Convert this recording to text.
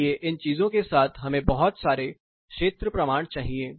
इसलिए इन चीजों के साथ हमें बहुत सारे क्षेत्र प्रमाण चाहिए